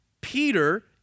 Peter